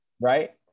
right